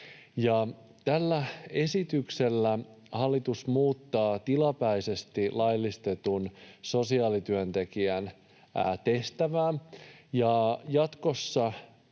Tällä esityksellä hallitus muuttaa oikeutta toimia tilapäisesti laillistetun sosiaalityöntekijän tehtävässä